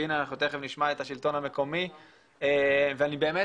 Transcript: והנה אנחנו תיכף נשמע את השלטון המקומי ואני באמת